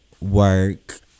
work